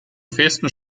festen